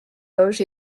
loges